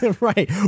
right